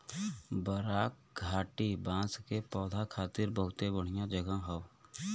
बराक घाटी बांस के पौधा खातिर बहुते बढ़िया जगह हौ